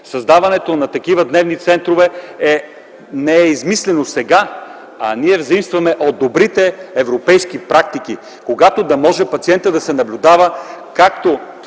Създаването на такива дневни центрове не е измислено сега. Ние заимстваме от добрите европейски практики - да може да се наблюдава както